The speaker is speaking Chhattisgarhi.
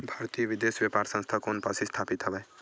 भारतीय विदेश व्यापार संस्था कोन पास स्थापित हवएं?